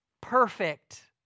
perfect